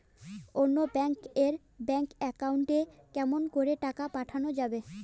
অন্য ব্যাংক এর bank account এ কেমন করে টাকা পাঠা যাবে?